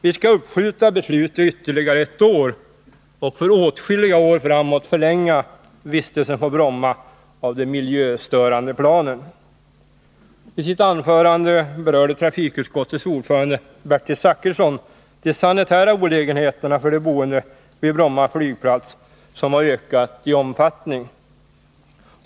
Vi skall uppskjuta beslutet ytterligare ett år, och för åtskilliga år framåt förlänga vistelsen på Bromma av de miljöstörande planen. I sitt anförande berörde trafikutskottets ordförande Bertil Zachrisson de sanitära olägenheterna för de boende vid Bromma flygplats, olägenheter som har ökat i omfattning.